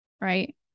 right